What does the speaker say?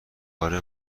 کار